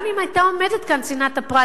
גם אם היתה עומדת כאן צנעת הפרט,